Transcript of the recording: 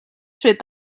fet